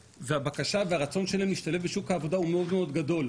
הבקשה והרצון שלהם להשתלב בשוק העבודה הוא מאוד מאוד גדול.